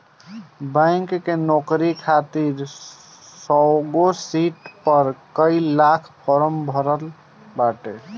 bank के नोकरी खातिर सौगो सिट पअ कई लाख लोग फार्म भरले बाटे